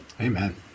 Amen